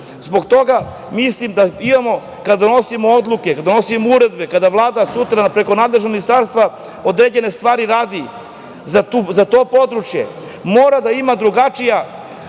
25%.Zbog toga mislim da imao kada donosimo odluke, kada donosimo uredbe, kada Vlada sutra preko nadležnog ministarstva određene stvari radi za to područje mora da ima drugačije